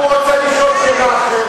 הוא רוצה לשאול שאלה אחרת,